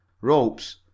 Ropes